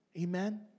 Amen